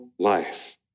Life